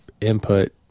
input